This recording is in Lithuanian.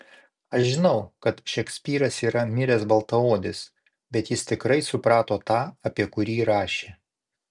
aš žinau kad šekspyras yra miręs baltaodis bet jis tikrai suprato tą apie kurį rašė